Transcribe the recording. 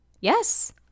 Yes